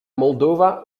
moldova